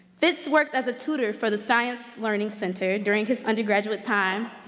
fitz worked as a tutor for the science learning center during his undergraduate time,